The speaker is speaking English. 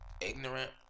ignorant